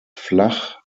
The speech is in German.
flach